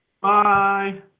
Bye